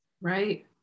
Right